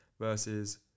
versus